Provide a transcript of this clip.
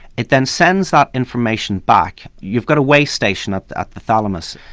it then sends that information back, you've got a weigh-station at at the thalamus,